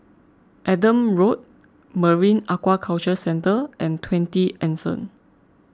Adam Road Marine Aquaculture Centre and twenty Anson